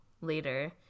later